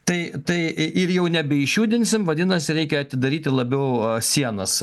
tai tai i ir jau nebeišjudinsim vadinasi reikia atidaryti labiau a sienas